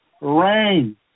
rain